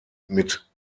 mit